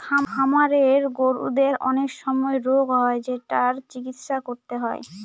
খামারের গরুদের অনেক সময় রোগ হয় যেটার চিকিৎসা করতে হয়